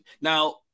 Now